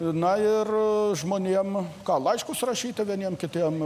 na ir žmonėm ką laiškus surašyti vieniem kitiem